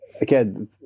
again